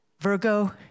Virgo